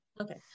okay